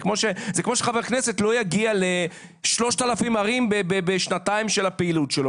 זה כמו שחבר כנסת לא יגיע ל-3000 ערים בשנתיים של הפעילות שלו.